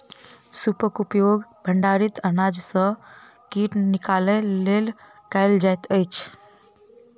सूपक उपयोग भंडारित अनाज में सॅ कीट निकालय लेल कयल जाइत अछि